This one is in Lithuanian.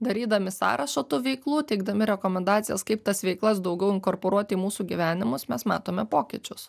darydami sąrašą tų veiklų teikdami rekomendacijas kaip tas veiklas daugiau inkorporuoti į mūsų gyvenimus mes matome pokyčius